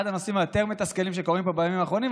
אחד הנושאים היותר-מתסכלים שקורים פה בימים האחרונים,